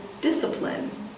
discipline